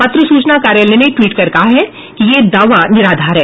पत्र सूचना कार्यालय ने ट्वीट कर कहा है कि यह दावा निराधार है